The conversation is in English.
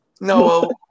No